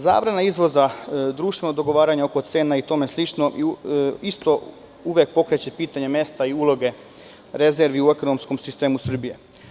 Zabrana izvoza, društveno dogovaranje oko cena i tome slično uvek pokreće pitanje mesta i uloge rezervi u ekonomskom sistemu Srbije.